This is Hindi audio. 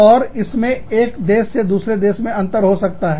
और इसमें एक देश से दूसरे देश में अंतर हो सकता है